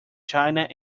china